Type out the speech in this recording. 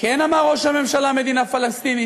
כן אמר ראש הממשלה מדינה פלסטינית,